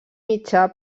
mitjà